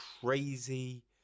crazy